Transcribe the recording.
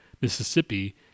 Mississippi